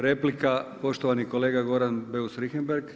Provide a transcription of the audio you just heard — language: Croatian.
Replika poštovani kolega Goran Beus Richembergh.